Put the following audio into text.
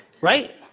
right